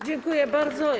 Dziękuję bardzo.